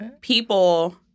people